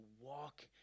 walk